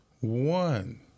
one